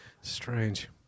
Strange